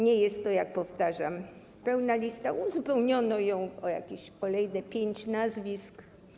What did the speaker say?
Nie jest to, jak powtarzam, pełna lista, uzupełniono ją o jakieś kolejne pięć nazwisk.